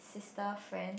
sister friend